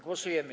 Głosujemy.